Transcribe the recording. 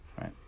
right